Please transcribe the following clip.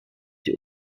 die